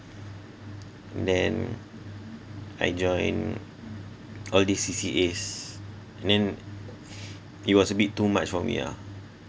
then I joined all these C_C_As and then it was a bit too much for me ah